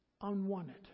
unwanted